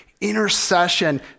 intercession